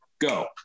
Go